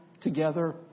together